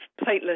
platelet